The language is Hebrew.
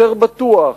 יותר בטוח,